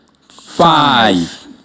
five